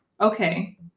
Okay